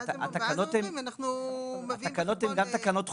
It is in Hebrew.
ואז הם אומרים: אנחנו מביאים בחשבון --- התקנות הן גם תקנות חובה,